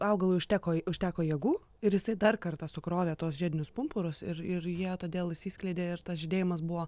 augalui užteko užteko jėgų ir jisai dar kartą sukrovė tuos žiedinius pumpurus ir ir jie todėl išsiskleidė ir tas žydėjimas buvo